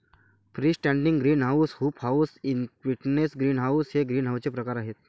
free standing greenhouse, hoop house, Quonset greenhouse हे ग्रीनहाऊसचे प्रकार आहे